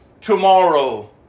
tomorrow